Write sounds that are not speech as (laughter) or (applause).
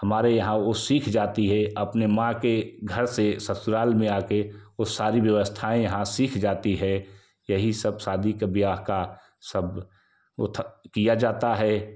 हमारे यहाँ वो सीख जाती है अपने माँ के घर से ससुराल में आकर वो सारी व्यवस्थाएँ यहाँ सीख जाती है यही सब शादी का ब्याह का सब (unintelligible) किया जाता है